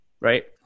right